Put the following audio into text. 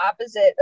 opposite